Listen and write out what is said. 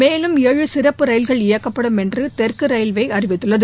மேலும் ஏழு சிறப்பு ரயில்கள் இயக்கப்படும் என்று தெற்கு ரயில்வே அறிவித்துள்ளது